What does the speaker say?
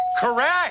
Correct